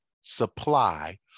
supply